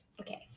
okay